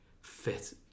fit